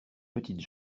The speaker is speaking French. petites